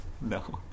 no